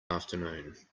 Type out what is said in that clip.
afternoon